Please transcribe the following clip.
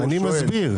אני מסביר.